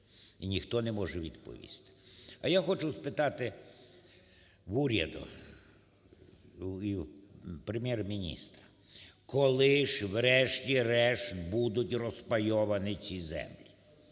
І ніхто не може відповісти. А я хочу спитати в уряду і у Прем'єр-міністра. Коли ж, врешті-решт, будуть розпайовані ці землі,